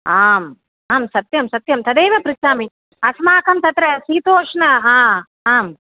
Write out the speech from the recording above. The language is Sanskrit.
आम् आं सत्यं सत्यं तदेव पृच्छामि अस्माकं तत्र शीतोष्णं हा आम्